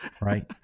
Right